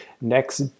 next